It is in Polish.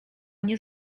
nie